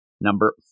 number